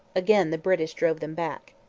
again the british drove them back.